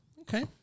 Okay